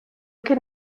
can